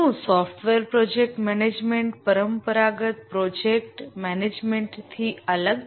શું software project management traditional project મેનેજમેન્ટથી અલગ છે